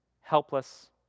helpless